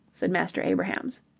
said master abrahams.